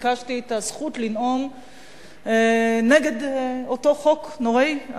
ביקשתי את הזכות לנאום נגד אותו חוק נוראי,